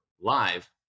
live